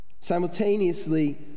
Simultaneously